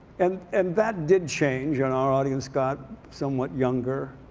and and that did change and our audience got somewhat younger.